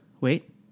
Wait